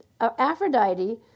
Aphrodite